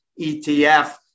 ETF